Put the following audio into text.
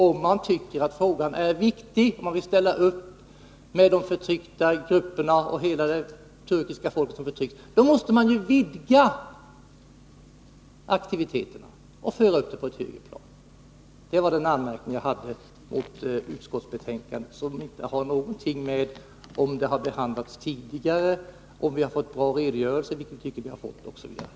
Om man då tycker att frågan är viktig och vill ställa upp för de förtryckta grupperna och hela det turkiska folket, som är förtryckt, då måste man vidga aktiviteten och föra upp det hela på ett högre plan. Det var den anmärkning som jag hade mot utskottsbetänkandet och som inte har någonting att göra med om frågan behandlats tidigare och om vi tycker att vi fått bra redogörelser, vilket vi tycker att vi fått, osv.